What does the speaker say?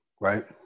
right